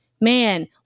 man